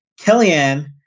Kellyanne